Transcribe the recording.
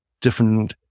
different